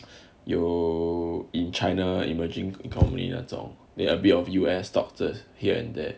you're in china emerging economy 那种 they are bit of you as doctors here and there